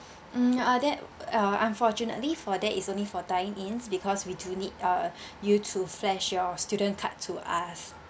mm uh that uh unfortunately for that is only for dine in because we do need uh you to flash your student card to us